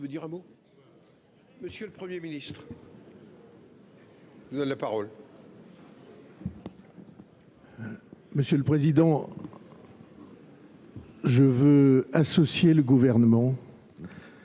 Monsieur le Premier ministre,